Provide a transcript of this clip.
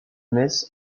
metz